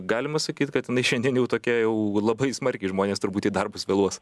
galima sakyt kad jinai šiandien jau tokia jau labai smarkiai žmonės turbūt į darbus vėluos